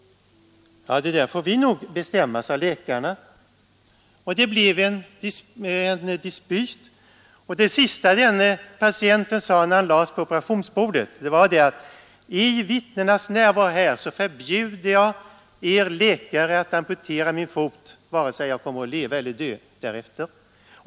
Det får nog vi bestämma, sade läkarna. Det blev en dispyt. Det sista denne patient sade, när han lades på operationsbordet, var: ”I vittnens närvaro förbjuder jag er läkare att amputera min fot, vare sig jag kommer att leva eller dö därefter.